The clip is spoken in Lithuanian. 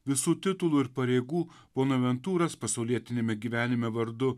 visų titulų ir pareigų bonaventūras pasaulietiniame gyvenime vardu